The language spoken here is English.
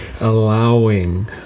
allowing